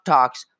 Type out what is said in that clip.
Talks